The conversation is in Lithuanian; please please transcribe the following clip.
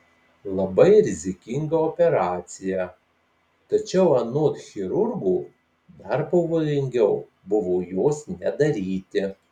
labai rizikinga operacija tačiau anot chirurgo dar pavojingiau buvo jos nedaryti